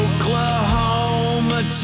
Oklahoma